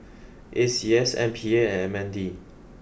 A C S M P A and M N D